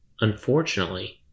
Unfortunately